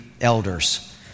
elders